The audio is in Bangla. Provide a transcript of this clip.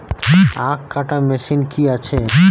আখ কাটা মেশিন কি আছে?